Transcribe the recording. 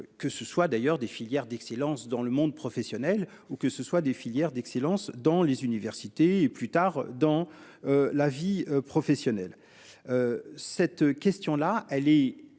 que ce soit d'ailleurs des filières d'excellence dans le monde professionnel ou que ce soit des filières d'excellence dans les universités et plus tard dans. La vie professionnelle. Cette question là elle est